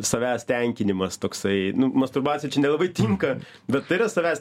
savęs tenkinimas toksai masturbacija čia nelabai tinka bet tai yra savęs